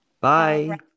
bye